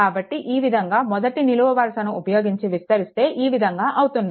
కాబట్టి ఈ విధంగా మొదటి నిలువు వరుసని ఉపయోగించి విస్తరిస్తే ఈ విధంగా అవుతుంది